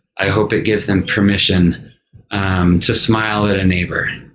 i hope it gives them permission to smile at a neighbor.